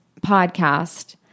podcast